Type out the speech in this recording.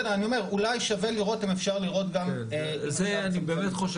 אולי שווה לראות אם אפשר לראות גם --- אני באמת חושב